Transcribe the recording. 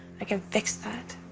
i can fix that.